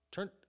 Turn